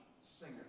singer